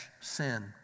sin